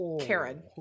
Karen